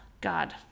God